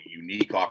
unique